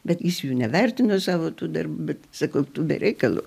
bet jis jų nevertino savo tų darbų bet sakau tu be reikalo